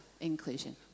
inclusion